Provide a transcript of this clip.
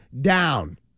down